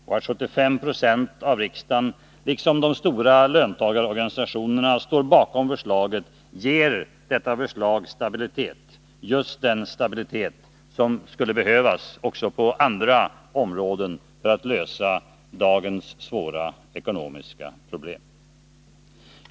Och att 75 20 av riksdagen liksom de stora löntagarorganisationerna står bakom förslaget ger detta just den stabilitet som skulle behövas också på andra områden för att lösa dagens svåra ekonomiska problem.